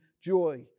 joy